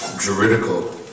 juridical